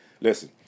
listen